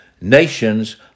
nations